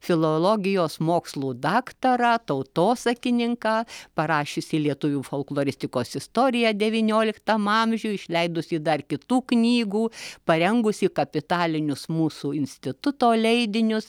filologijos mokslų daktarą tautosakininką parašiusį lietuvių folkloristikos istoriją devynioliktam amžiuj išleidusį dar kitų knygų parengusį kapitalinius mūsų instituto leidinius